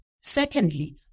Secondly